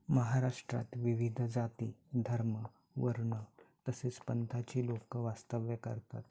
महाराष्ट्रात विविध जाती धर्म वर्ण तसेच पंथाची लोकं वास्तव्य करतात